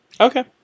Okay